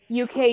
UK